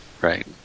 Right